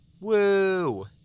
Woo